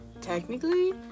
technically